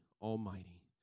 Almighty